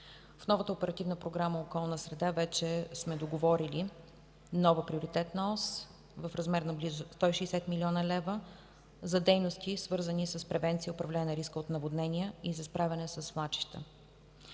В новата Оперативна програма „Околна среда” вече сме договорили нова приоритетна ос в размер на близо 160 млн. лв. за дейности, свързани с превенция и управление на риска от наводнения и за справяне със свлачища.